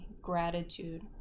gratitude